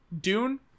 dune